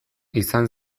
izan